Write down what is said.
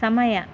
ಸಮಯ